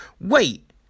wait